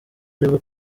aribwo